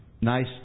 nice